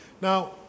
Now